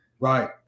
Right